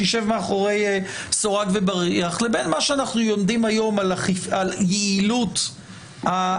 שישב מאחורי סורג ובריח לבין מה שאנחנו יודעים היום על יעילות הענישה.